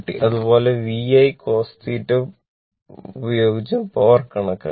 അതുപോലെ VI cos θ ലഉപയോഗിച്ചും power കണക്കാക്കി